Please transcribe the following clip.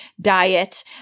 diet